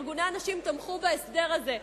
ארגוני הנשים תמכו בהסדר הזה.